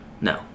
No